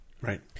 right